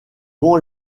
vont